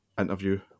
Interview